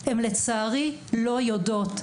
הן לצערי לא יודעות.